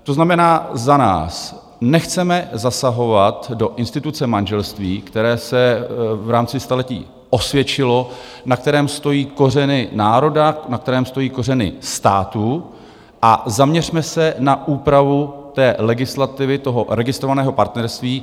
To znamená za nás: nechceme zasahovat do instituce manželství, které se v rámci staletí osvědčilo, na kterém stojí kořeny národa, na kterém stojí kořeny státu, a zaměřme se na úpravu legislativy, registrovaného partnerství.